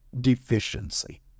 deficiency